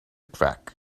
crack